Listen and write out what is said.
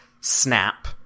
snap